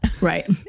Right